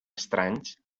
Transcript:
estranys